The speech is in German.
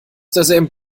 derselben